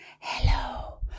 Hello